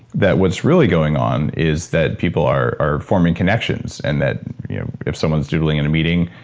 that what's really going on is that people are are forming connections, and that if someone's doodling in a meeting,